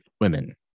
women